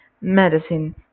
medicine